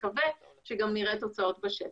נקווה שגם נראה תוצאות בשטח,